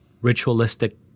ritualistic